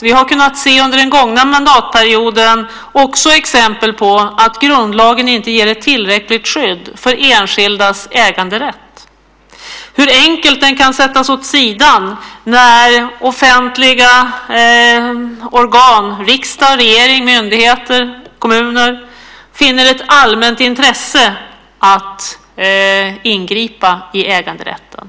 Vi har under den gångna mandatperioden kunnat se exempel på att grundlagen inte ger ett tillräckligt skydd för enskildas äganderätt och hur enkelt den kan sättas åt sidan när offentliga organ - riksdag, regering, myndigheter, kommuner - finner ett allmänt intresse att ingripa i äganderätten.